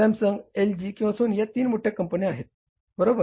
Samsung LG किंवा Sony या तीन मोठ्या कंपन्या आहेत बरोबर